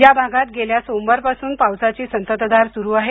या भागात गेल्या सोमवारपासून पावसाची संततधार सुरु आहे